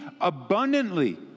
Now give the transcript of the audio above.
abundantly